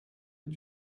did